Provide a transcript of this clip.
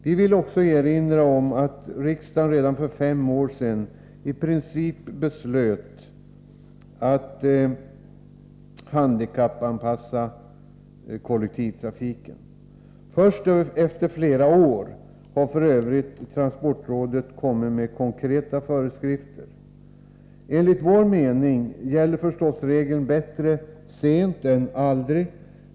Vidare erinrar vi om att riksdagen redan för fem år sedan beslöt — i princip var det så — om en handikappanpassning av kollektivtrafiken. Först flera år senare har transportrådet kommit med konkreta föreskrifter. Enligt vår mening gäller förstås följande regel: Bättre sent än aldrig.